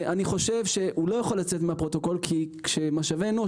אני חושב שהוא לא יכול לצאת מהפרוטוקול כי כשמשאבי אנוש